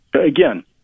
again